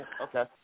Okay